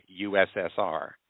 USSR